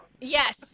Yes